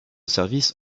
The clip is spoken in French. service